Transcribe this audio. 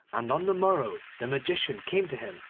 and on the morrow the magician came to him,